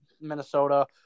Minnesota